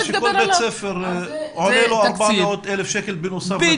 הוא דיבר שכל בית ספר עולה לו 400,000 שקל בנוסף לתקציב ואין לו את זה.